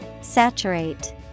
Saturate